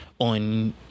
on